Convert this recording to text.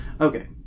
Okay